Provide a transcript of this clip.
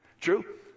True